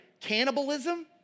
Cannibalism